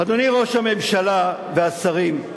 אדוני ראש הממשלה והשרים.